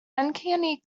uncanny